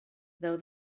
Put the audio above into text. though